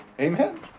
Amen